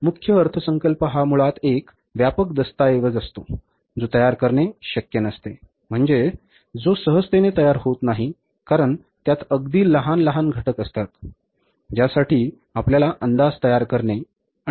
कारण मुख्य अर्थसंकल्प हा मुळात एक व्यापक दस्तऐवज असतो जो तयार करणे शक्य नसते म्हणजे जो सहजतेने तयार होत नाही कारण त्यात अगदी लहान लहान घटक असतात ज्यासाठी आपल्याला अंदाज तयार करणे आणि बजेट तयार करणे आवश्यक असते